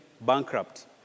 bankrupt